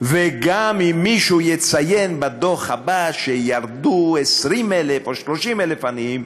וגם אם מישהו יציין בדוח הבא שירדו 20,000 או 30,000 עניים,